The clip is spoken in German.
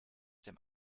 dem